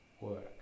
work